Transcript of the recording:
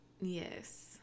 Yes